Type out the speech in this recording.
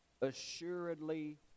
assuredly